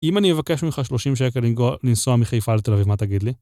אם אני אבקש ממך 30 שקל לנסוע מחיפה לתל אביב, מה תגיד לי?